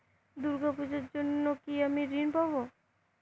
দুর্গা পুজোর জন্য কি আমি ঋণ পাবো?